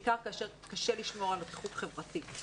בעיקר כאשר קשה לשמור על ריחוק חברתי.